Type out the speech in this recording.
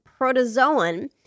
protozoan